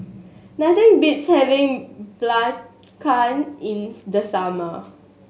nothing beats having Belacan in the summer